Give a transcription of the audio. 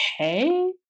okay